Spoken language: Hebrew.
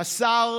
השר